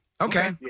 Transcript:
Okay